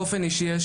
באופן אישי,